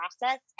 process